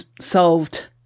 solved